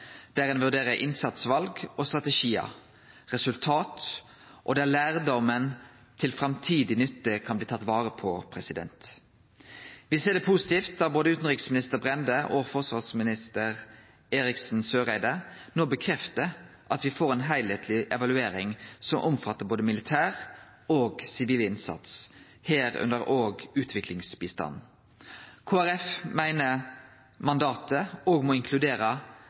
der ein vurderer innsatsval og strategiar, resultat, og der lærdomen kan bli tatt vare på til framtidig nytte. Vi ser det positivt at både utanriksminister Brende og forsvarsminister Eriksen Søreide no bekreftar at vi får ei heilskapeleg evaluering som omfattar både militær og sivil innsats, herunder òg utviklingsbistand. Kristeleg Folkeparti meiner mandatet òg må inkludere